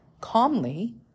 calmly